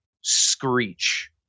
screech